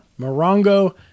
Morongo